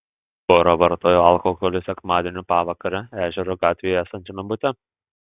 pora vartojo alkoholį sekmadienio pavakarę ežero gatvėje esančiame bute